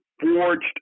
forged